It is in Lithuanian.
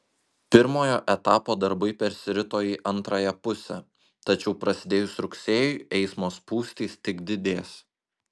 pirmojo etapo darbai persirito į antrąją pusę tačiau prasidėjus rugsėjui eismo spūstys tik didės